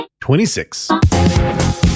26